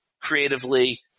creatively